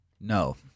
No